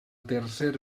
tercer